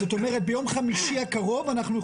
זאת אומרת ביום חמישי אנחנו יכולים.